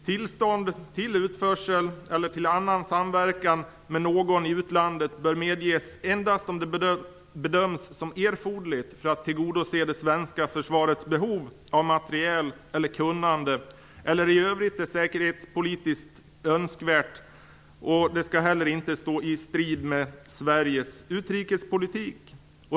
Tillstånd till utförsel eller till annan samverkan med någon i utlandet bör medges endast om det bedöms som erforderligt för att tillgodose det svenska försvarets behov av materiel eller kunnande eller i övrigt är säkerhetspolitiskt önskvärt. Det skall inte heller stå i strid med Sveriges utrikespolitik.